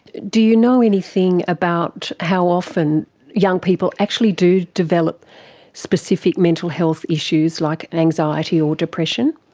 do you know anything about how often young people actually do develop specific mental health issues like anxiety or depression?